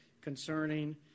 concerning